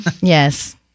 Yes